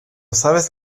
sabes